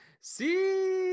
see